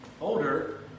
older